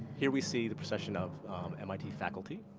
here, we see the procession of mit faculty.